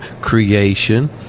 creation